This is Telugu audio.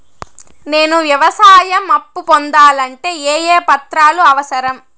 నేను వ్యవసాయం అప్పు పొందాలంటే ఏ ఏ పత్రాలు అవసరం?